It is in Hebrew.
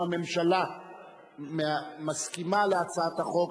אם הממשלה מסכימה להצעת החוק,